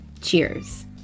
cheers